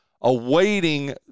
awaiting